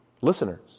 listeners